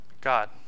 God